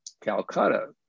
Calcutta